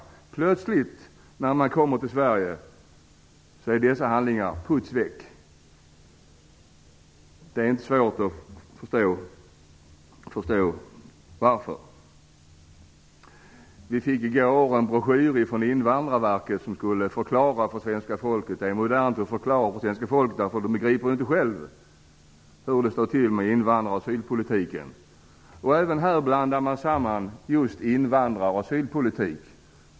Och så plötsligt, när de kommer till Sverige, är dessa handlingar puts väck! Det är inte svårt att förstå varför. I går fick vi en broschyr från Invandrarverket som skall förklara saken för svenska folket. Det är modernt att förklara för svenska folket -- de begriper ju inte själva hur det står till med invandrings och asylpolitiken. Även i detta fall blandar man samman just invandring och asylpolitik.